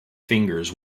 fingers